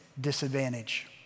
disadvantage